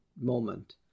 moment